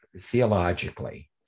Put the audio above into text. theologically